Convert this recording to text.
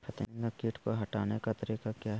फतिंगा किट को हटाने का तरीका क्या है?